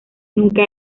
nunca